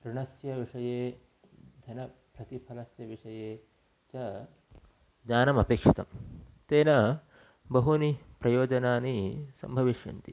विषये धनप्रतिफलस्य विषये च ज्ञानमपेक्षितं तेन बहूनि प्रयोजनानि सम्भविष्यन्ति